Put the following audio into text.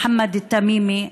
מוחמד תמימי,